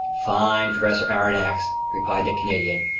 fine, professor aronnax! replied the canadian,